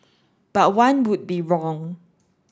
but one would be wrong